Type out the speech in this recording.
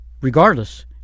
Regardless